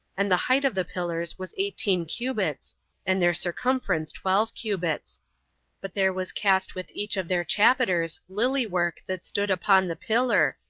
and the height of the pillars was eighteen cubits and their circumference twelve cubits but there was cast with each of their chapiters lily-work that stood upon the pillar,